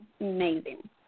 amazing